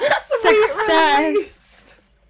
Success